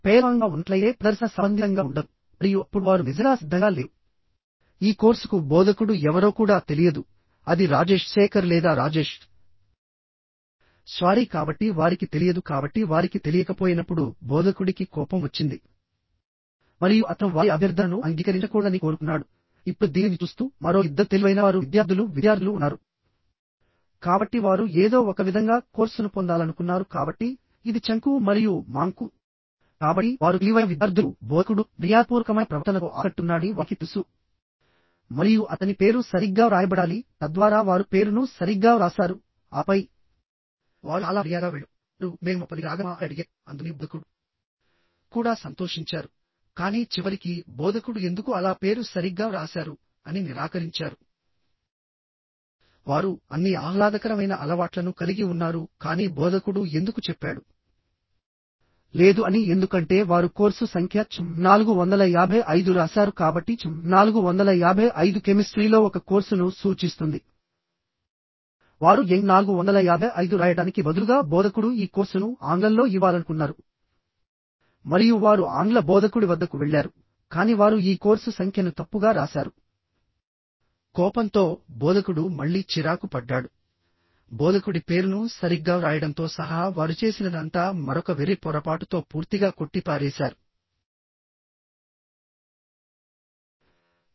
పేలవంగా ఉన్నట్లయితే ప్రదర్శన సంబంధితంగా ఉండదు మరియు అప్పుడు వారు నిజంగా సిద్ధంగా లేరు ఈ కోర్సుకు బోధకుడు ఎవరో కూడా తెలియదు అది రాజేష్ శేఖర్ లేదా రాజేష్ ష్వారీ కాబట్టి వారికి తెలియదు కాబట్టి వారికి తెలియకపోయినప్పుడు బోధకుడికి కోపం వచ్చింది మరియు అతను వారి అభ్యర్థనను అంగీకరించకూడదని కోరుకున్నాడు ఇప్పుడు దీనిని చూస్తూ మరో ఇద్దరు తెలివైనవారు విద్యార్థులు విద్యార్థులు ఉన్నారు కాబట్టి వారు ఏదో ఒకవిధంగా కోర్సును పొందాలనుకున్నారు కాబట్టి ఇది చంకు మరియు మాంకు కాబట్టి వారు తెలివైన విద్యార్థులుబోధకుడు మర్యాదపూర్వకమైన ప్రవర్తనతో ఆకట్టుకున్నాడని వారికి తెలుసు మరియు అతని పేరు సరిగ్గా వ్రాయబడాలి తద్వారా వారు పేరును సరిగ్గా వ్రాసారు ఆపై వారు చాలా మర్యాదగా వెళ్ళారు వారు మేము లోపలికి రాగలమా అని అడిగారుఅందుకని బోధకుడు కూడా సంతోషించారు కానీ చివరికి బోధకుడు ఎందుకు అలా పేరు సరిగ్గా వ్రాశారు అని నిరాకరించారు వారు అన్ని ఆహ్లాదకరమైన అలవాట్లను కలిగి ఉన్నారు కానీ బోధకుడు ఎందుకు చెప్పాడు లేదు అని ఎందుకంటే వారు కోర్సు సంఖ్య CHM 455 రాశారు కాబట్టి CHM 455 కెమిస్ట్రీలో ఒక కోర్సును సూచిస్తుంది వారు ENG 455 వ్రాయడానికి బదులుగా బోధకుడు ఈ కోర్సును ఆంగ్లంలో ఇవ్వాలనుకున్నారు మరియు వారు ఆంగ్ల బోధకుడి వద్దకు వెళ్లారుకాని వారు ఈ కోర్సు సంఖ్యను తప్పుగా రాశారు కోపంతో బోధకుడు మళ్ళీ చిరాకు పడ్డాడు బోధకుడి పేరును సరిగ్గా వ్రాయడంతో సహా వారు చేసినదంతా మరొక వెర్రి పొరపాటుతో పూర్తిగా కొట్టిపారేశారు